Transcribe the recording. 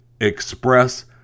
Express